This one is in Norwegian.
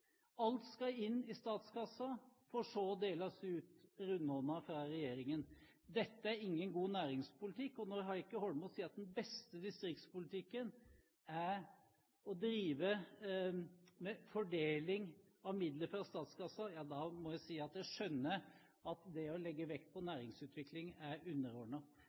Alt skal inn i statskassa for så å deles ut rundhåndet fra regjeringen. Dette er ingen god næringspolitikk. Når Heikki Holmås sier at den beste distriktspolitikken er å drive med fordeling av midler fra statskassa, må jeg si at jeg skjønner at det å legge vekt på næringsutvikling er